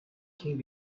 king